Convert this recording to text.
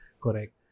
Correct